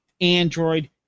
Android